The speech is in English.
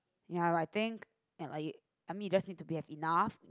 ya I think ya I mean you just need to be have enough